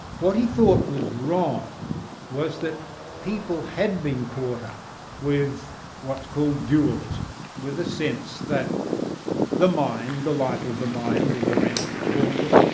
what he thought was wrong was that people had been caught up with what's called dualism, the sense that the mind, the life of the mind, as arendt calls it,